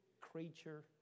creature